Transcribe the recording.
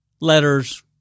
letters